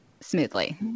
smoothly